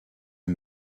est